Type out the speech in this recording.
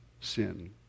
sin